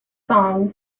song